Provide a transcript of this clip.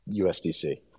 USDC